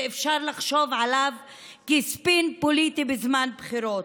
ואפשר לחשוב עליו כספין פוליטי בזמן בחירות,